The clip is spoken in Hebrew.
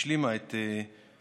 השלימה את חיסון,